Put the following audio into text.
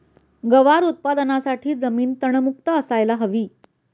गवार उत्पादनासाठी जमीन तणमुक्त असायला हवी